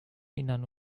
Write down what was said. innern